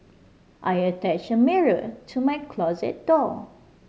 I attached a mirror to my closet door